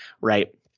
Right